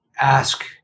ask